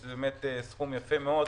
שזה באמת סכום יפה מאוד,